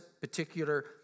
particular